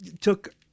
took